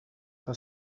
متى